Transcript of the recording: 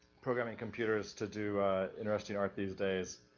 programming computers to do interesting art these days.